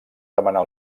demanar